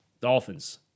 Dolphins